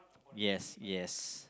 yes yes